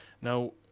now